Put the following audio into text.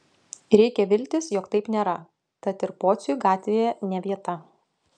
reikia viltis jog taip nėra tad ir pociui gatvėje ne vieta